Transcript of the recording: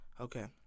Okay